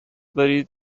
دارین